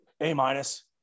A-minus